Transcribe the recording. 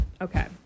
okay